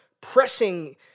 pressing